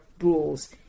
rules